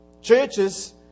churches